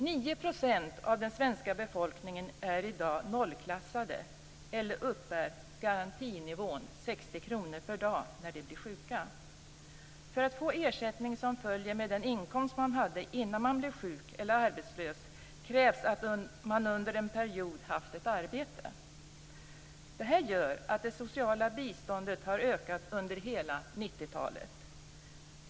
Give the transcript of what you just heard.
9 % av den svenska befolkningen är i dag nollklassade eller uppbär garantinivån 60 kr per dag när de blir sjuka. För att få ersättning som följer med den inkomst man hade innan man blev sjuk eller arbetslös krävs det att man under en period har haft ett arbete. Det gör att det sociala biståndet har ökat under hela 90-talet.